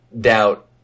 doubt